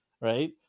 Right